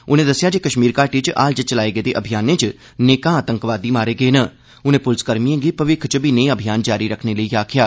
उनें दस्सेआ जे कश्मीर घाटी च हाल च चलाए गेदे अभियानें च नेकां आतंकवादी मारे गे न उनें पुलसकर्मिएं गी भविक्ख च बी नेह अभियान जारी रक्खने लेई आक्खेआ